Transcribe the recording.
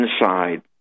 inside